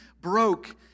broke